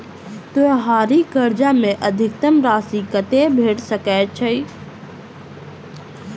त्योहारी कर्जा मे अधिकतम राशि कत्ते भेट सकय छई?